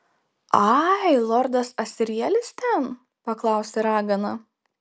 ai lordas asrielis ten paklausė ragana